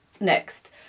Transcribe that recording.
Next